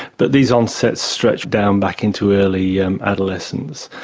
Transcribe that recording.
but these onsets stretch down back into early and adolescence.